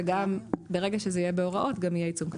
וגם ברגע שזה יהיה בהוראות, גם יהיה עיצום כספי.